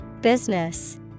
Business